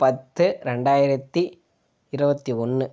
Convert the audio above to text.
பத்து ரெண்டாயிரத்தி இருவத்தி ஒன்று